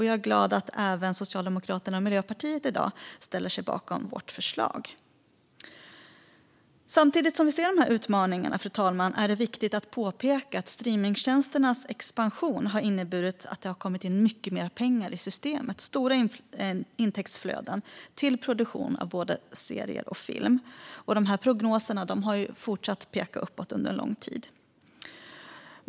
Jag är glad att även Socialdemokraterna och Miljöpartiet i dag ställer sig bakom vårt förslag. Samtidigt som vi ser utmaningarna, fru talman, är det viktigt att påpeka att streamningstjänsternas expansion har inneburit att det har kommit in mycket mer pengar i systemet, stora intäktsflöden till produktion av både serier och film. Och prognoserna har fortsatt att peka uppåt under lång tid.